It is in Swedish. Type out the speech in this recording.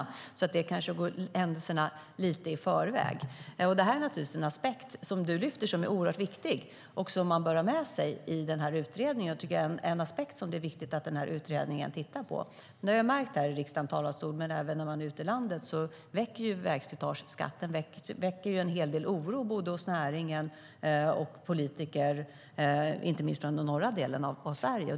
Alltså är detta kanske att gå händelserna lite i förväg. Jag har märkt att vägslitageskatten väcker en hel del oro här i riksdagens talarstol men även ute i landet, både hos näringen och hos politiker, inte minst från den norra delen av Sverige.